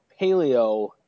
paleo